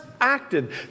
acted